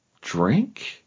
drink